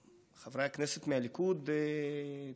חברי הכנסת מהליכוד תומכים בו,